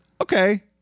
okay